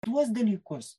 tuos dalykus